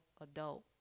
adult